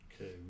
Okay